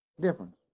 Difference